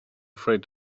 afraid